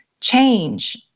change